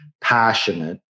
passionate